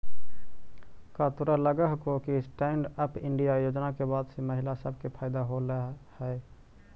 का तोरा लग हो कि स्टैन्ड अप इंडिया योजना के बाद से महिला सब के फयदा होलई हे?